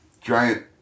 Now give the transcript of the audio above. giant